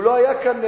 הוא לא היה כאן,